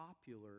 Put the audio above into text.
popular